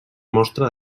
mostra